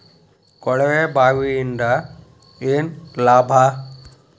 ಕೊಳವೆ ಬಾವಿಯಿಂದ ಏನ್ ಲಾಭಾ?